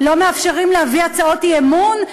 לא מאפשרים להביא הצעות אי-אמון?